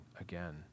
again